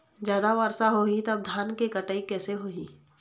जादा वर्षा होही तब धान के कटाई कैसे होही?